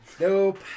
Nope